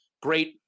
great